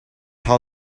how